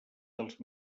dels